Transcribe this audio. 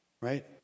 right